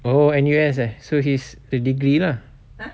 oh N_U_S eh so he's the degree lah